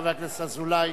חבר הכנסת אזולאי,